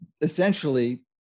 essentially